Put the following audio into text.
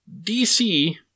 DC